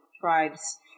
tribes